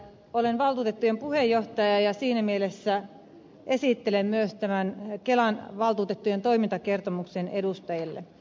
olen valtuutettujen puheenjohtaja ja siinä mielessä esittelen tämän kelan valtuutettujen toimintakertomuksen edustajille